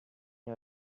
her